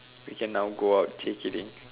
we can now go out okay kidding